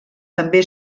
també